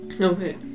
Okay